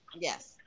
yes